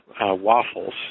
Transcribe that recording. waffles